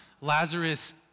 Lazarus